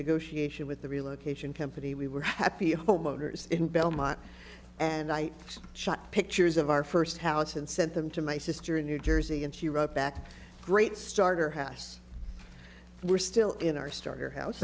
negotiation with the relocation company we were happy homeowners in belmont and i shot pictures of our first house and sent them to my sister in new jersey and she wrote back great starter house we're still in our starter house